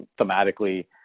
thematically